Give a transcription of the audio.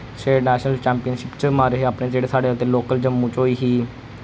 state national championship च मारे हे अपने जेह्ड़े साढ़े उद्धर लोकल जम्मू च होई